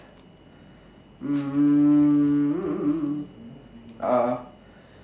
hmm uh